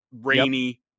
rainy